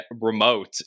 remote